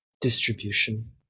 distribution